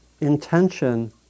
intention